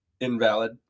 Invalid